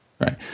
Right